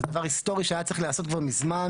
זה דבר היסטורי שהיה צריך להיעשות כבר מזמן,